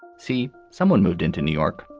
see, someone moved into new york